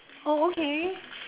oh okay